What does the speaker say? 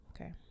Okay